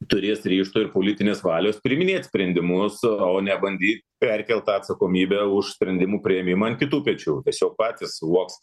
turės ryžto ir politinės valios priiminėt sprendimus o ne bandyt perkelt tą atsakomybę už sprendimų priėmimą ant kitų pečių tiesiog patys suvoks